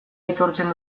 aitortzen